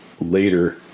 later